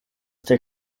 der